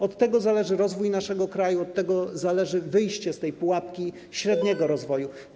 Od tego zależy rozwój naszego kraju, od tego zależy wyjście z tej pułapki średniego rozwoju.